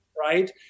right